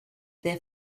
their